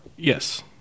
Yes